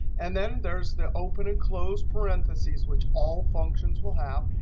and then there's the open and close parentheses, which all functions will have.